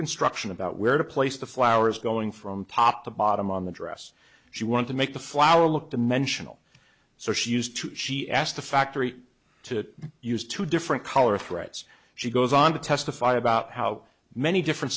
instruction about where to place the flowers going from top to bottom on the dress she wanted to make the flower look dimensional so she used to she asked the factory to use two different color threads she goes on to testify about how many different